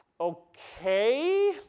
Okay